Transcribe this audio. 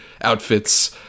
outfits